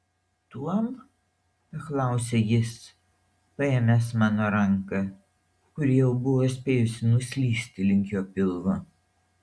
tuom paklausė jis paėmęs mano ranką kuri jau buvo spėjusi nuslysti link jo pilvo